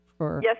Yes